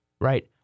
right